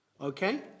Okay